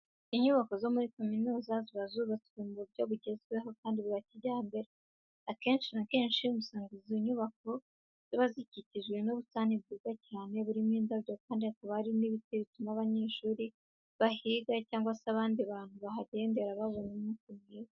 Inyubako zo muri kaminuza ziba zubatswe mu buryo bugezweho kandi bwa kijyambere. Akenshi na kenshi, usanga izi nyubako ziba zikikijwe n'ubusitani bwiza cyane burimo indabo kandi haba hari n'ibiti bituma abanyeshuri bahiga cyangwa se n'abandi bantu bahagenderera babona umwuka mwiza.